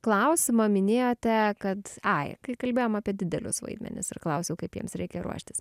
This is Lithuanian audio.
klausimą minėjote kad ai kai kalbėjom apie didelius vaidmenis ir klausiau kaip jiems reikia ruoštis